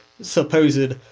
supposed